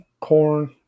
corn